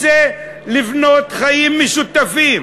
רוצה לבנות חיים משותפים.